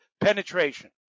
penetration